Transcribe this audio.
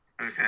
Okay